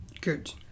Good